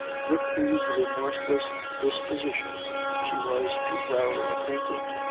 with whose remorseless disposition she was too well acquainted,